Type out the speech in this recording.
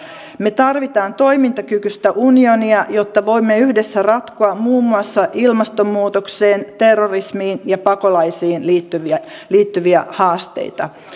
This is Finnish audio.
me tarvitsemme toimintakykyistä unionia jotta voimme yhdessä ratkoa muun muassa ilmastonmuutokseen terrorismiin ja pakolaisiin liittyviä liittyviä haasteita